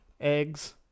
eggs